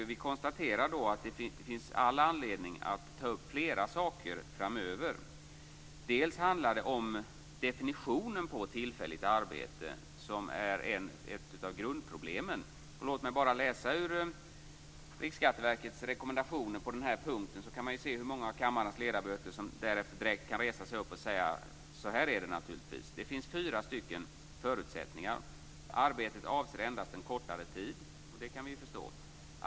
Vi konstaterar att det finns all anledning att framöver ta upp flera saker. Ett av grundproblemen är definitionen av tillfälligt arbete. Låt mig läsa ur Riksskatteverkets rekommendationer på den punkten. Då kan vi se hur många av kammarens ledamöter som direkt kan resa sig och säga att det naturligtvis är så. Det finns fyra stycken förutsättningar. Arbetet skall avse endast en kortare tid. Det kan vi förstå.